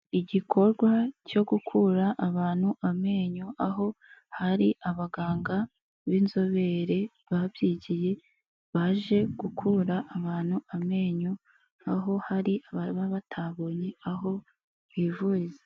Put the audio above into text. Igikorwa cyo gukura abantu amenyo aho hari abaganga b'inzobere babyigiye, baje gukura abantu amenyo, aho hari ababa batabonye aho bivuriza.